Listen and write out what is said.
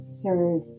serve